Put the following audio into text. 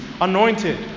anointed